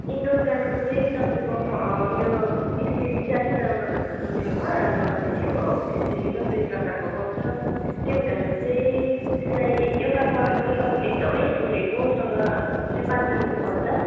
indoor प्लान्टको चाहिँ तपाईँको यो पिस लिलीको चाहिँ अलिक राम्रो खालको छ मेरोमा राम्रो क्वालिटीको पिस लिली पनि दुई प्रकारको पाउँछ त्यो हुँदाखेरि चाहिँ त्यसलाई एउटा पटको चाहिँ तपाईँको एकदमै फुलेकोसँग चाहिँ पाँच सय रुपियाँ पर्छ